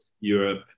Europe